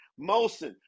Molson